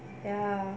ya